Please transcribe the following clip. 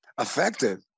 effective